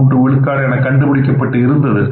3 விழுக்காடு என கண்டுபிடிக்கப்பட்டு இருந்தது